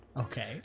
Okay